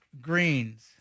greens